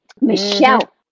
Michelle